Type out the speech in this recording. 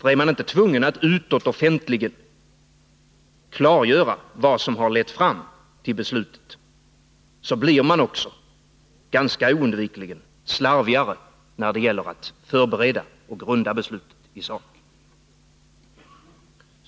Om man inte är tvungen att utåt offentligt klargöra vad som lett fram till ett beslut, blir man nästan oundvikligen slarvigare när det gäller att förbereda och grunda beslutet i sak.